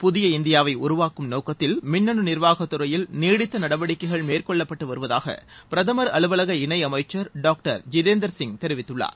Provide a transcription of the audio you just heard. புதிய இந்தியாவை உருவாக்கும் நோக்கத்தில் மின்னனு நிர்வாகத் துறையில் நீடித்த நடவடிக்கைகள் மேற்கொள்ளப்பட்டு வருவதாக பிரதமர் அலுவலக இணை அமைச்சர் டாக்டர் ஜிதேந்திராசிங் தெரிவித்துள்ளார்